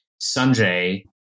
Sanjay